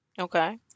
okay